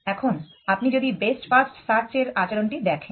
এখন আপনি যদি বেস্ট ফার্স্ট সার্চ এর আচরণটি দেখেন